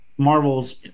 marvel's